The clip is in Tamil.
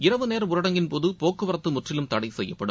இரவு நேர ஊரடங்கின் போது போக்குவரத்து முற்றிலும் தடை செய்யப்படும்